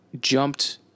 jumped